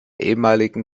ehemaligen